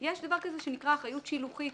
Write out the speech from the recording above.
יש דבר כזה שנקרא אחריות שילוחית.